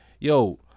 Yo